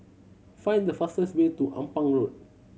find the fastest way to Ampang Walk